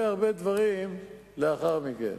אגב,